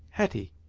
hetty.